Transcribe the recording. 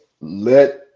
Let